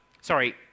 sorry